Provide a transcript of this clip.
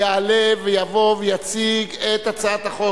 יעלה ויבוא ויציג את הצעת החוק,